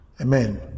Amen